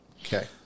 okay